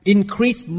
Increase